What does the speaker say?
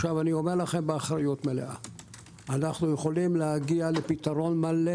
באחריות אני אומר לכם אנו יכולים להגיע לפתרון מלא